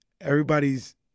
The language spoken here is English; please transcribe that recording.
everybody's